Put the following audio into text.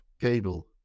cable